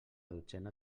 dotzena